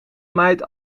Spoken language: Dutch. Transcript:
maait